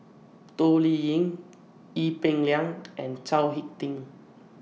Toh Liying Ee Peng Liang and Chao Hick Tin